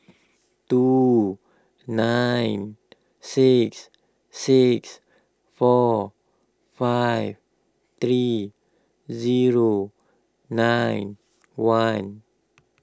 two nine six six four five three zero nine one